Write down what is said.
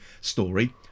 story